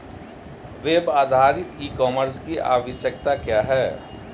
Web आधारित e commerce की आवश्यकता क्या है?